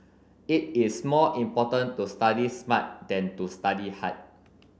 it is more important to study smart than to study hard